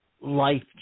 life